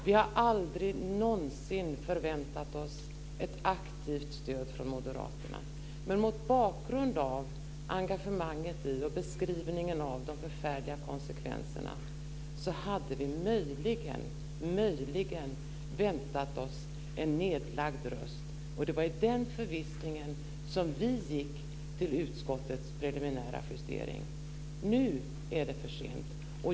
Vi har aldrig någonsin förväntat oss ett aktivt stöd från moderaterna, men mot bakgrund av engagemanget i och beskrivningen av de förfärliga konsekvenserna hade vi möjligen väntat oss en nedlagd röst. Det var i den förvissningen som vi gick till utskottets preliminära justering. Nu är det för sent.